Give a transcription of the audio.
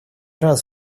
раз